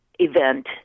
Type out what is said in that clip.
event